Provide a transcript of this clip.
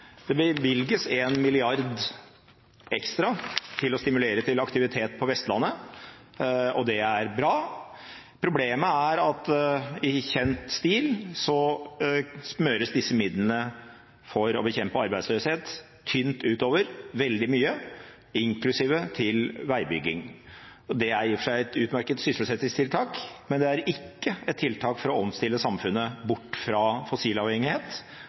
Det bevilges 1 mrd. kr ekstra til å stimulere til aktivitet på Vestlandet, og det er bra. Problemet er at i kjent stil smøres disse midlene for å bekjempe arbeidsløshet tynt utover veldig mye – inklusive veibygging. Det er i og for seg et utmerket sysselsettingstiltak, men det er ikke et tiltak for å omstille samfunnet bort fra fossilavhengighet